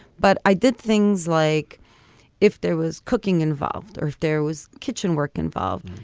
but i did things like if there was cooking involved or if there was kitchen work involved,